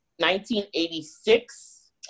1986